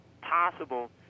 possible